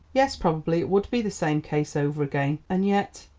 yes, probably it would be the same case over again. and yet,